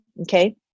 okay